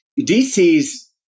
DC's